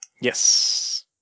Yes